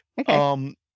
Okay